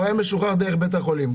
משוחרר דרך בית החולים.